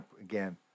again